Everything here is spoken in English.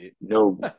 no